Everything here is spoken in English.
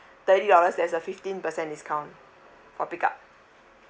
thirty dollars there's a fifteen percent discount for pick up